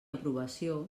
aprovació